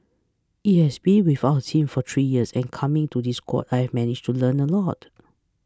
he has been without a team for three years and coming to this squad I've managed to learn a lot